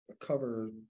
cover